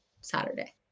Saturday